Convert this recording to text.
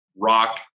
rock